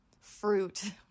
fruit